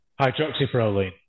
Hydroxyproline